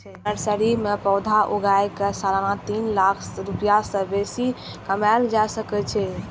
nursery मे पौधा उगाय कें सालाना तीन लाख रुपैया सं बेसी कमाएल जा सकै छै